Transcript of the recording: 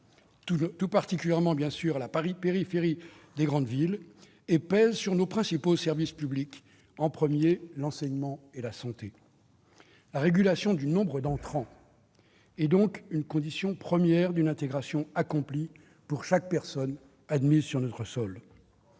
tout particulièrement à la périphérie des grandes villes -et pèse sur nos principaux services publics, à commencer par l'enseignement et la santé. La régulation du nombre d'entrants est donc une condition première d'une intégration accomplie pour chaque personne admise sur notre sol.